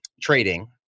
trading